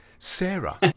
Sarah